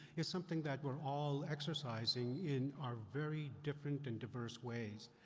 is something that we're all exercising in our very different and diverse ways.